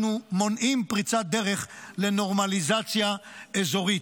אנחנו מונעים פריצת דרך לנורמליזציה אזורית.